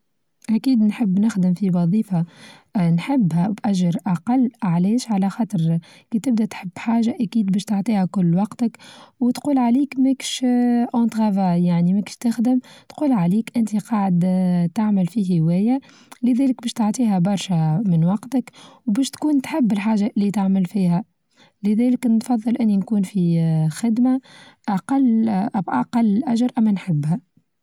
أكيد نحب نخدم في وظيفة نحبها بأچر أقل اعلاش على خاطر كي تبدأ تحب حاچة أكيد باش تعطيها كل وقتك وتقول عليك ماكش آآ أونتغافا يعني ماكش تخدم تقول عليك أنت قاعد آآ تعمل في هواية، لذلك باش تعطيها برشا من وقتك وبشوتكون تحب الحاچة اللي تعمل فيها، لذلك نفظل إني نكون في آآ خدمة أقل آآ بأقل أجر أما نحبها.